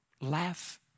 laugh